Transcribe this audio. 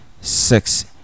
six